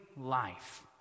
life